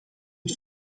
het